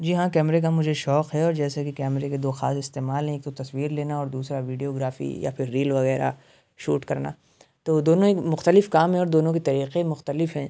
جی ہاں کیمرے کا مجھے شوق ہے اور جیسے کہ کیمرے کے دو خاص استعمال ہیں ایک تصویر لینا اور دوسرا ویڈیوگرافی یا پھر ریل وغیرہ شوٹ کرنا تو دونوں ہی مختلف کام ہیں اور دونوں کے طریقے مختلف ہیں